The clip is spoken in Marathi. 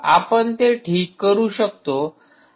आपण ते ठीक करू शकतो